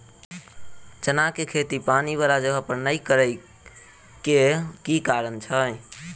चना केँ खेती पानि वला जगह पर नै करऽ केँ के कारण छै?